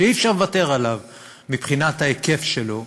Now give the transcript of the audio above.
שאי-אפשר לוותר עליו מבחינת ההיקף שלו,